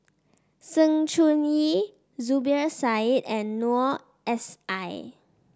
Sng Choon Yee Zubir Said and Noor S I